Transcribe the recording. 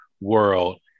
world